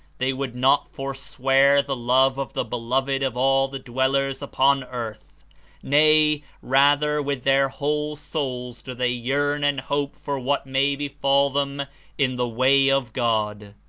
they would not forswear the love of the beloved of all the dwellers upon earth nay, rather with their whole souls do they yearn and hope for what may befall them in the way of god.